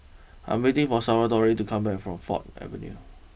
I am waiting for Salvatore to come back from Ford Avenue